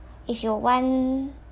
if you want